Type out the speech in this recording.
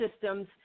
systems –